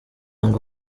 ngo